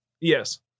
Yes